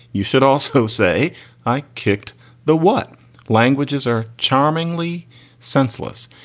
you should also say i kicked the what languages are charmingly senseless.